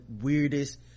weirdest